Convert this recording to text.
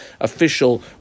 official